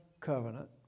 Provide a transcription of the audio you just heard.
covenant